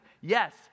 Yes